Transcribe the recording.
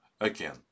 again